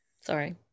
Sorry